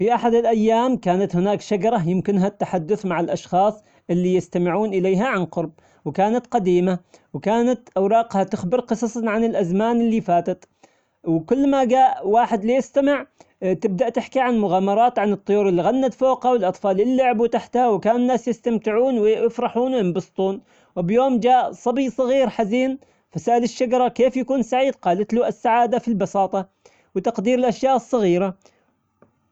في أحد الأيام كانت هناك شجرة يمكنها التحدث مع الأشخاص اللي يستمعون إليها عن قرب، وكانت قديمة وكانت أوراقها تخبر قصصا عن الأزمان اللي فاتت، وكل ما جاء واحد ليستمع تبدأ تحكي عن مغامرات عن الطيور اللي غنت فوقها والأطفال اللي لعبوا تحتها وكانوا الناس يستمتعون وينبسطون، وبيوم جاء صبي صغير حزين فسأل الشجرة كيف يكون سعيد؟ قالت له السعادة في البساطة وتقدير الأشياء الصغيرة.